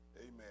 Amen